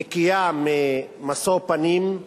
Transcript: נקייה ממשוא-פנים,